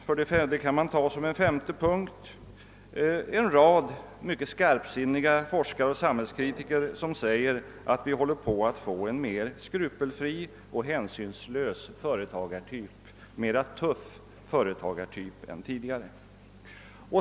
För det femte: Det finns också en rad mycket skarpsinniga forskare och samhällskritiker som säger att vi håller på att få en mer skrupelfri och hänsynslös, mera tuff företagartyp än tidigare.